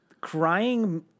Crying